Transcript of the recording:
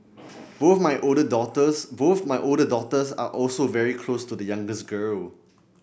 both my older daughters both my older daughters are also very close to the youngest girl